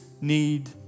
need